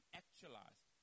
actualized